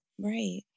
Right